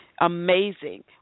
amazing